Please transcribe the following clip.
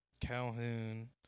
Calhoun